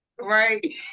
Right